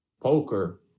Poker